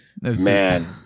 man